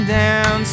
down